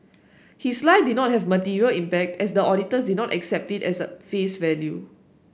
his lie did not have material impact as the auditors did not accept it at face value